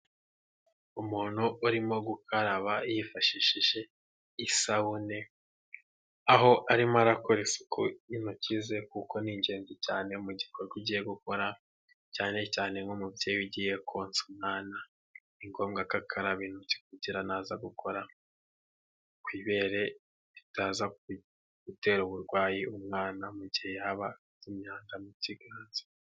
Umuntu urimo gukaraba yifashishije isabune, aho arimo arakora isuku y'intoki ze kuko ni ingenzi cyane mu gikorwa ugiye gukora cyane cyane nk'umubyeyi ugiye konsa umwana ni ngombwa ko akaraba intoki kugira ngo naza gukora ku ibere ritaza gutera uburwayi umwana mu gihe yaba afite imyanda mu kiganza.